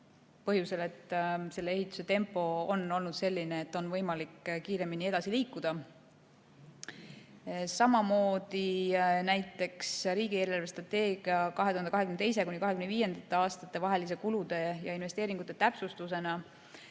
põhjusel, et selle ehituse tempo on olnud selline, et on võimalik kiiremini edasi liikuda. Samamoodi suunatakse riigi eelarvestrateegia 2022.–2025. aasta vahelise kulude ja investeeringute täpsustusena